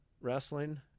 wrestling